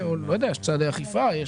יש צעדי אכיפה.